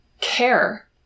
care